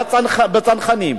היה בצנחנים,